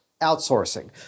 outsourcing